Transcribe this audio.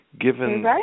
given